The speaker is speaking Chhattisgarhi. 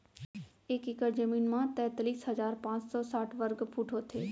एक एकड़ जमीन मा तैतलीस हजार पाँच सौ साठ वर्ग फुट होथे